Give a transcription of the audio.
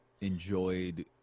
enjoyed